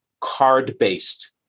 card-based